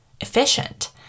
efficient